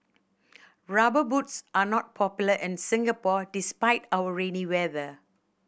Rubber Boots are not popular in Singapore despite our rainy weather